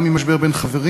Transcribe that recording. גם אם משבר בין חברים,